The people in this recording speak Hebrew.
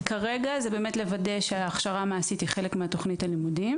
זה לוודא שחלק מההכשרה המעשית היא חלק מתכנית הלימודים